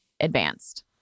advanced